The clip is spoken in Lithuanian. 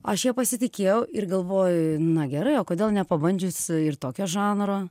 aš ja pasitikėjau ir galvoju na gerai o kodėl nepabandžius ir tokio žanro